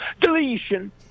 deletion